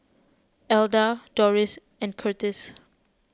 Alda Dorris and Curtiss